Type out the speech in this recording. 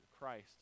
Christ